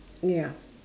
ya